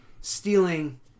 stealing